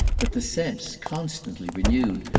but the sense, constantly renewed,